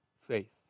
faith